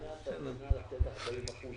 ואני בטוח שאתם גם תומכים בזה